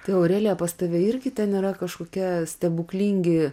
tai aurelija pas tave irgi ten yra kažkokie stebuklingi